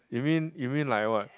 you mean you mean like what